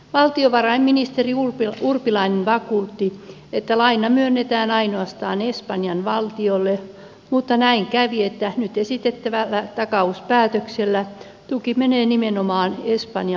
valtiovarainministeri urpilainen vakuutti että laina myönnetään ainoastaan espanjan valtiolle mutta näin kävi että nyt esitettävällä takauspäätöksellä tuki menee nimenomaan espanjan pankeille